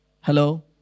Hello